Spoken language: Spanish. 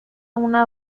una